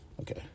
Okay